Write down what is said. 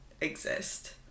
exist